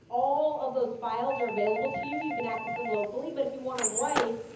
all of those files are available to you. you can access them locally. but if you want to write,